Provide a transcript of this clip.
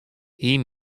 hie